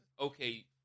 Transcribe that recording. okay